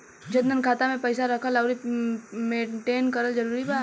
जनधन खाता मे पईसा रखल आउर मेंटेन करल जरूरी बा?